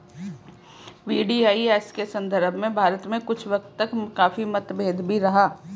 VDIS के संदर्भ में भारत में कुछ वक्त तक काफी मतभेद भी रहा है